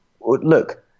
look